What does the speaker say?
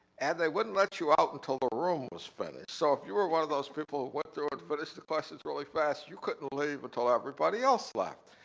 and they wouldn't let you out until the room was finished. so if you were one of those people who went through and finished the question questions really fast, you couldn't leave until everybody else left.